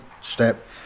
step